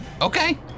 Okay